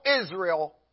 Israel